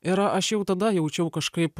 ir aš jau tada jaučiau kažkaip